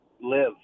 live